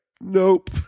nope